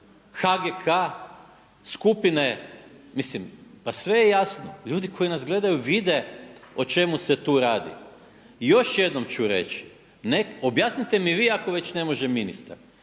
HGK, skupine, mislim pa sve je jasno, ljudi koji nas gledaju vide o čemu se tu radi. I još jednom ću reći, objasnite mi vi ako već ne može ministar,